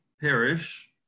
perish